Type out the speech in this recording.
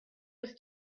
was